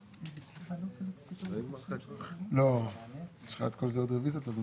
ניקיון בג'יסר-א-זרקא שקיימת כבר זו השנה הרביעית.